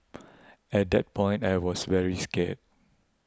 at that point I was very scared